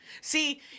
See